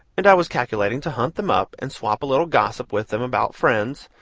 and i was calculating to hunt them up and swap a little gossip with them about friends,